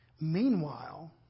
Meanwhile